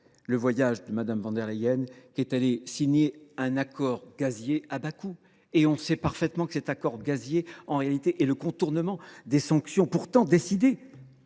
le voyage de Mme von der Leyen, qui est allée signer un accord gazier à Bakou. On sait parfaitement que cet accord gazier visait, en réalité, à contourner les sanctions pourtant décidées